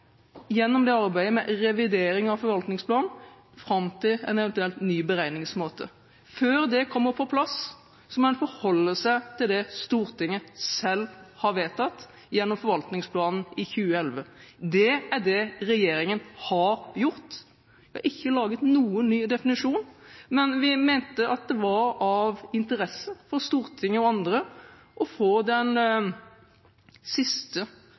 gjennom arbeidet med revideringen av forvaltningsplanen fram til en eventuelt ny beregningsmåte. Før det kommer på plass, må en forholde seg til det Stortinget selv har vedtatt gjennom forvaltningsplanen i 2011. Det er det regjeringen har gjort. Vi har ikke laget noen ny definisjon, men vi mente at det var av interesse for Stortinget og andre å få den siste